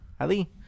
ali